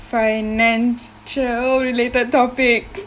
financial related topic